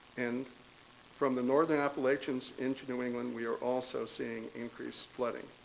and from the northern appalachians into new england we are also seeing increased flooding.